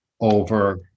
over